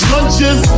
Lunches